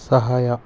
ಸಹಾಯ